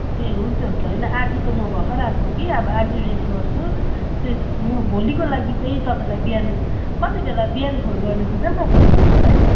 ए हुन्छ हुन्छ होइन आज त म भर्खर आएको कि अब आज रेस्ट गर्छु त्यस म भोलिको लागि चाहिँ तपाईँलाई कति बेला बिहान फोन गर्नु कि बेलुका फोन गर्नु होला है